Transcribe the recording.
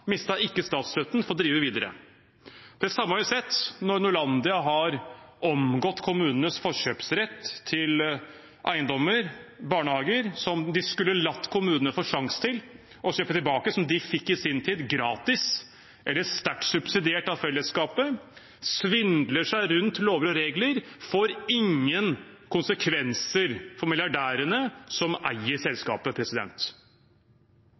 ikke statsstøtten, de får drive videre. Det samme har vi sett når Norlandia har omgått kommunenes forkjøpsrett til eiendommer, barnehager, som de skulle latt kommunene få en sjanse til å kjøpe tilbake, som de i sin tid fikk gratis eller sterkt subsidiert av fellesskapet. Når de svindler seg rundt lover og regler, får det ingen konsekvenser for milliardærene som eier